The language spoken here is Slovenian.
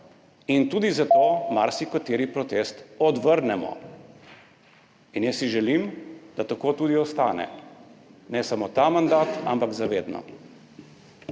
in tudi zato marsikateri protest odvrnemo. In jaz si želim, da tako tudi ostane, ne samo ta mandat, ampak za vedno.